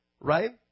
Right